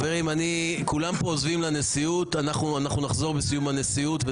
צוהריים טובים לכולם, אנחנו פותחים את הישיבה.